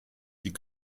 die